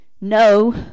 no